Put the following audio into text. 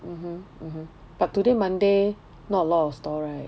mmhmm mmhmm but today Monday not a lot of stalls right